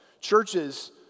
churches